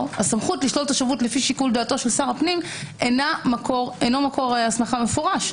הסמכות לשלול תושבות אינו מקור הסמכה מפורש.